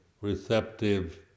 receptive